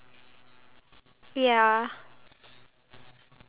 okay I I don't have it so maybe you can read it out